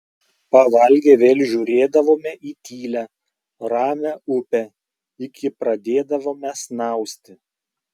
pavalgę vėl žiūrėdavome į tylią ramią upę iki pradėdavome snausti